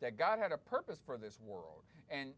that god had a purpose for this world and